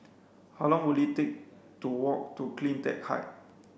how long will it take to walk to CleanTech Height